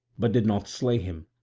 but did not slay him,